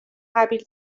قبیل